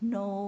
no